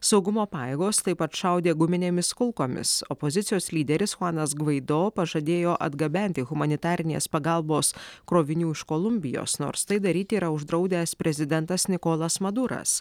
saugumo pajėgos taip pat šaudė guminėmis kulkomis opozicijos lyderis chuanas gvaido pažadėjo atgabenti humanitarinės pagalbos krovinių iš kolumbijos nors tai daryti yra uždraudęs prezidentas nikolas maduras